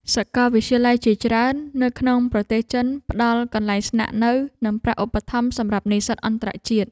សាកលវិទ្យាល័យជាច្រើននៅក្នុងប្រទេសចិនផ្តល់កន្លែងស្នាក់នៅនិងប្រាក់ឧបត្ថម្ភសម្រាប់និស្សិតអន្តរជាតិ។